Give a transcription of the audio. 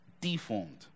deformed